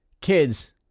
kids